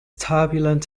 turbulent